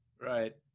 Right